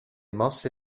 mosse